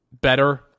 better